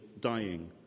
dying